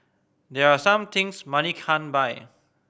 there are some things money can't buy